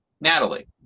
Natalie